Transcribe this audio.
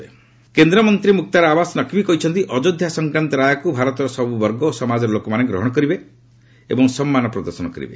ମ୍ନକ୍ତାର ଆବାସ୍ କେନ୍ଦ୍ରମନ୍ତ୍ରୀ ମୁକ୍ତାର ଆବାସ ନକ୍ବୀ କହିଛନ୍ତି ଅଯୋଧ୍ୟା ସଂକ୍ରାନ୍ତ ରାୟକୁ ଭାରତର ସବୁ ବର୍ଗ ଓ ସମାଜର ଲୋକମାନେ ଗ୍ରହଣ କରିବେ ଏବଂ ସମ୍ମାନ ପ୍ରଦର୍ଶନ କରିବେ